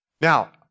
Now